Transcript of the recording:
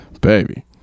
baby